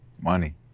Money